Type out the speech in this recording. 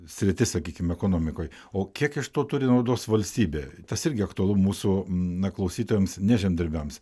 sritis sakykim ekonomikoj o kiek iš to turi naudos valstybė tas irgi aktualu mūsų na klausytojams ne žemdirbiams